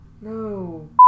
No